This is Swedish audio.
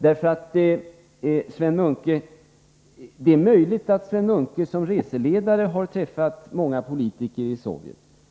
Det är möjligt att Sven Munke som reseledare har träffat många politiker i Sovjet.